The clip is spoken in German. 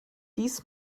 dies